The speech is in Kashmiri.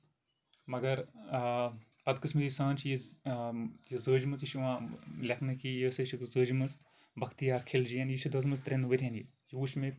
مَگر آ بدقٕسمتی سان چھِ یہِ زٲجمٕژ یہِ چھِ یِوان لٮ۪کھنہٕ کہِ یہِ ہسا چھکھ زٲجمٕژ بختیار خلجین یہِ چھِ دٔزمٕژ ترٮ۪ن ؤرٮ۪ن یہِ یہِ وٕچھ مےٚ